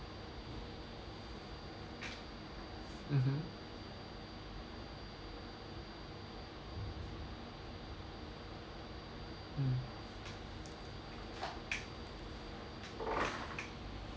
mmhmm mm